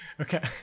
okay